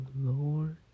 Lord